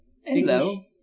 Hello